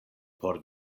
por